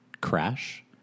Crash